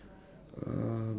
um